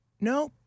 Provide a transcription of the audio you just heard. No